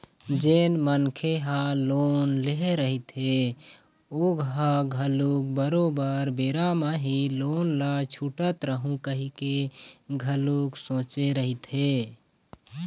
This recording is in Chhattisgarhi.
जेन मनखे ह लोन ले रहिथे ओहा घलोक बरोबर बेरा म ही लोन ल छूटत रइहूँ कहिके घलोक सोचे रहिथे